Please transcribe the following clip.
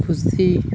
ᱠᱷᱩᱥᱤ